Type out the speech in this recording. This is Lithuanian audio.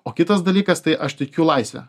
o kitas dalykas tai aš tikiu laisve